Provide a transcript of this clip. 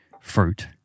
fruit